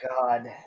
God